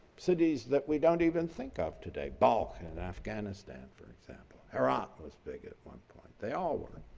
cities that we don't even think of today, balkh in afghanistan for example, iraq was big at one point. they all were.